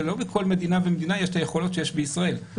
שלא לכל מדינה יש היכולת שיש לישראל,